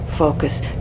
focus